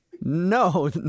No